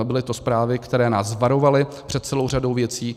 Byly to zprávy, které nás varovaly před celou řadou věcí.